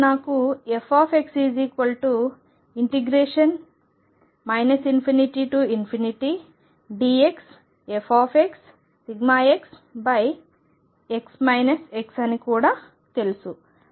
ఇప్పుడు నాకు fx ∞dxfxδx x అని కూడా తెలుసు